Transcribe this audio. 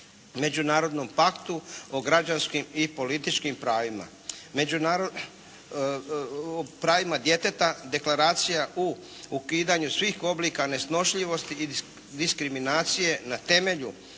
Međunarodnom paktu o građanskim i političkim pravima, o pravima djeteta, Deklaracija o ukidanju svih oblika nesnošljivosti i diskriminacije na temelju